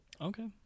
Okay